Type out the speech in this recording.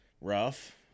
rough